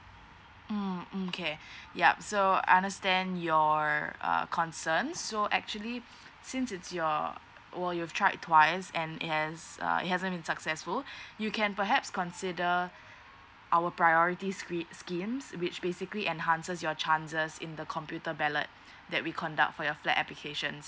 mm mm kay~ ya so understand your uh concern so actually since it's your well you've tried twice and it has uh it hasn't been successful you can perhaps consider our priorities sche~ schemes which basically enhances your chances in the computer ballot that we conduct for your flat application